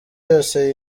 yose